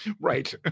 right